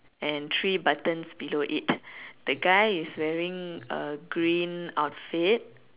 and three buttons below it the guy is wearing a green outfit